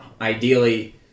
ideally